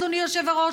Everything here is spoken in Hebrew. אדוני היושב-ראש,